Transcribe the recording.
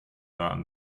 warten